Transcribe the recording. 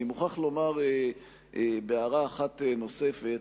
אני מוכרח לומר בהערה אחת נוספת,